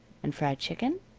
and fried chicken,